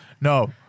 no